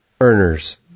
earners